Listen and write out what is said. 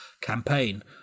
campaign